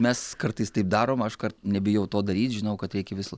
mes kartais taip darom aš kart nebijau to daryt žinau kad reikia vis